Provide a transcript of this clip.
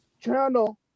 channel